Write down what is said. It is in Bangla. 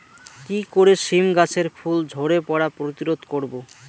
কি করে সীম গাছের ফুল ঝরে পড়া প্রতিরোধ করব?